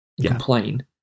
complain